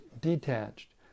detached